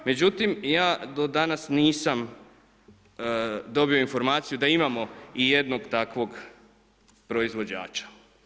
Međutim, ja do danas nisam dobio informaciju da imamo i jednog takvog proizvođača.